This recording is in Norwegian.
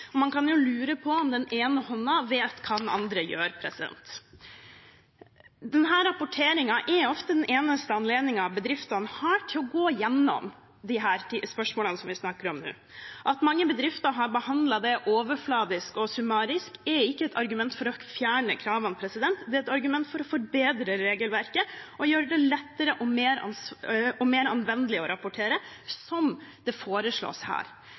Man kan jo lure på om den ene hånden vet hva den andre gjør. Denne rapporteringen er ofte den eneste anledningen bedriftene har til å gå igjennom de spørsmålene vi snakker om nå. At mange bedrifter har behandlet dette overfladisk og summarisk, er ikke et argument for å fjerne kravene; det er et argument for å forbedre regelverket og gjøre det lettere og mer anvendelig å rapportere, slik som det foreslås her.